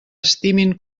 estimin